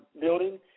building